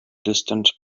distant